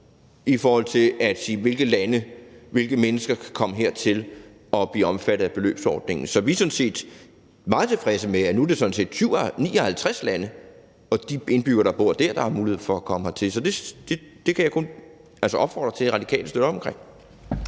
i forhold til at sige, fra hvilke lande man kan komme hertil, og hvilke mennesker der kan komme hertil og blive omfattet af beløbsordningen. Så vi er sådan set meget tilfredse med, at det nu er 59 lande, og at de indbyggere, der bor der, har mulighed for at komme hertil. Så det kan jeg kun opfordre til at Radikale støtter op omkring.